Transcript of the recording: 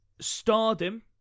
Stardom